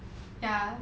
ya